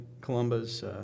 Columba's